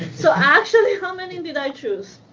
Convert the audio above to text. so actually, how many did i choose?